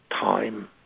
time